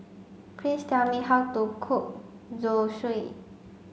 please tell me how to cook Zosui